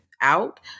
out